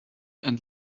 and